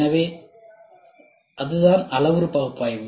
எனவே அதுதான் அளவுரு பகுப்பாய்வு